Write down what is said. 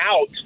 out